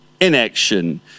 inaction